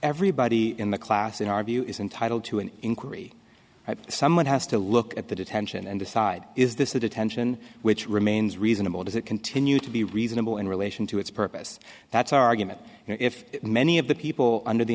everybody in the class in our view is entitled to an inquiry someone has to look at the detention and decide is this a detention which remains reasonable does it continue to be reasonable in relation to its purpose that's argument you know if many of the people under the